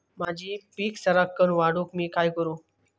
माझी पीक सराक्कन वाढूक मी काय करू?